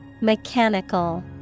Mechanical